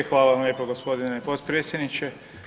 E, hvala vam lijepo g. potpredsjedniče.